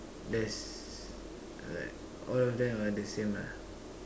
there's like all of them are the same lah